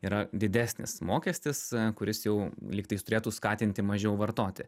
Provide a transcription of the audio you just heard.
yra didesnis mokestis kuris jau lyg tais turėtų skatinti mažiau vartoti